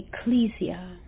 ecclesia